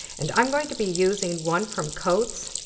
and i'm going to be using one from coats.